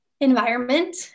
environment